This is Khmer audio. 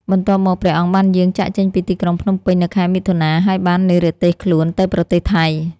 បន្ទាប់មក ព្រះអង្គបានយាងចាកចេញពីទីក្រុងភ្នំពេញនៅខែមិថុនា ហើយបាននិរទេសខ្លួនទៅប្រទេសថៃ។